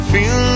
Feel